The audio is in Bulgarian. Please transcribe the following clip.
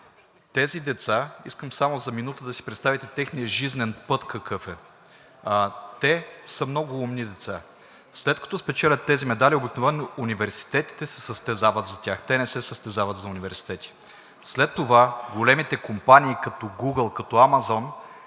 Тези деца – искам само за минута да си представите техния жизнен път какъв е, те са много умни деца. След като спечелят тези медали, обикновено университетите се състезават за тях. Те не се състезават за университети. След това големите компании като Google, като Amazon,